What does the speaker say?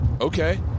Okay